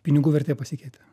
pinigų vertė pasikeitė